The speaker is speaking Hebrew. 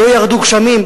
לא ירדו גשמים,